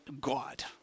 God